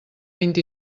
vint